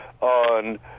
on